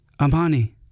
Amani